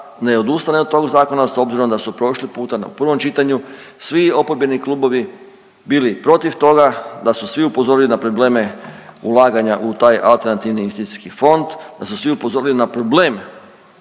ne odustane od tog zakona s obzirom da su prošli puta u prvom čitanju svi oporbeni klubovi bili protiv toga, da su svi upozorili na probleme ulaganja u taj AIF da su svi upozorili na problem